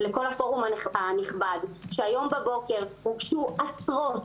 כל האנשים שהגיעו לכאן,